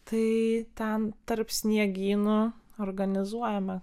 tai ten tarp sniegynų organizuojame